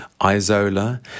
Isola